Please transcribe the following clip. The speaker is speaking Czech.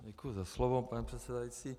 Děkuji za slovo, pane předsedající.